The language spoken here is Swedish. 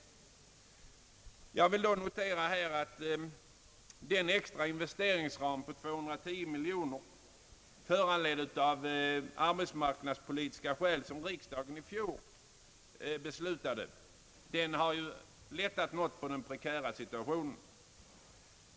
Den extra investeringsram på 210 miljoner kronor, föranledd av arbetsmarknadspolitiska skäl som riksdagen i fjol beslutade, lättade den prekära situationen något.